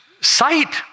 sight